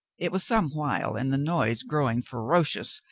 it was some while, and the noise growing fero cious,